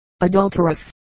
adulterous